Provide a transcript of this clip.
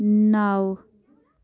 نَو